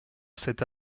cet